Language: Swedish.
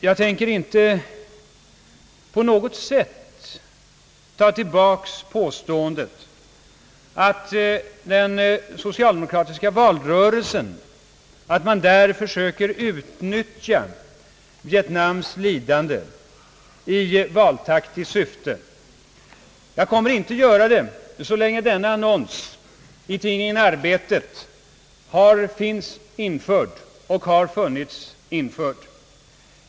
Jag tänker inte på något sätt ta tillbaka påståendet att man i den socialdemokratiska valrörelsen försöker utnyttja Vietnams lidande i valtaktiskt syfte. Jag kommer inte att göra det så länge det är obestritt att den annons i tidningen Arbetet, som jag har i min -:hand, har funnits införd.